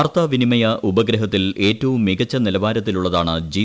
വാർത്താ വിനിമയ ഉപഗ്രഹത്തിൽ ഏറ്റവും മികച്ച നിലവാരത്തിലുള്ളതാണ് ജി